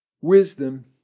wisdom